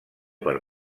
per